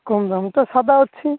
କମ୍ ଦାମ୍ ତ ସାଧା ଅଛି